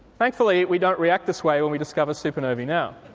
thankfully we don't react this way when we discover supernovae now.